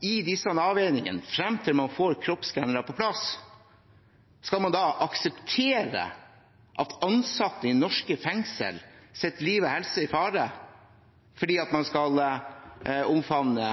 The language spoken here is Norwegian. I disse avveiningene, frem til man får kroppsskannere på plass, skal man da akseptere at ansatte i norske fengsler setter liv og helse i fare fordi man skal omfavne